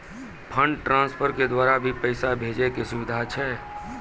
Fund transfer के द्वारा भी पैसा भेजै के सुविधा छै?